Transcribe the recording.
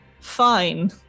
Fine